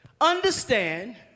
understand